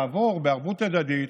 בערבות הדדית,